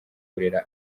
kurera